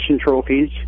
trophies